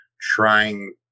trying